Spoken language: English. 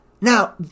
Now